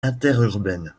interurbaine